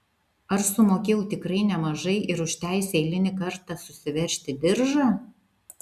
ar sumokėjau tikrai nemažai ir už teisę eilinį kartą susiveržti diržą